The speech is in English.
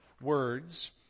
words